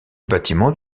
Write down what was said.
bâtiment